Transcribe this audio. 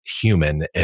human